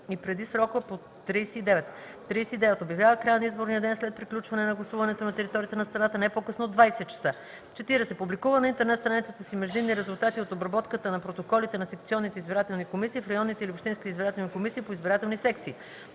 и преди срока по т. 39; 39. обявява края на изборния ден след приключване на гласуването на територията на страната не по-късно от 20,00 часа; 40. публикува на интернет страницата си междинни резултати от обработката на протоколите на секционните избирателни комисии в районните или общинските избирателни комисии по избирателни секции;